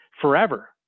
forever